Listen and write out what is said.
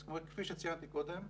אז כפי שציינתי קודם,